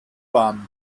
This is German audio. bahn